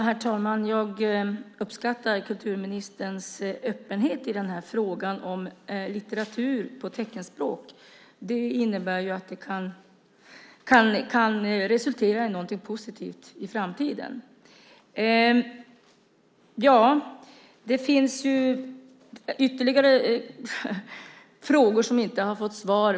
Herr talman! Jag uppskattar kulturministerns öppenhet i frågan om litteratur på teckenspråk. Det innebär att det i framtiden kan resultera i någonting positivt. Ja, det finns ytterligare frågor som inte har fått svar.